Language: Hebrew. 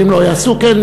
שאם לא יעשו כן,